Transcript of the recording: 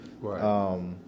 Right